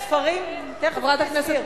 זה עולה ועוד איך.